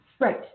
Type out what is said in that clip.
Right